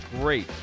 great